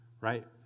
right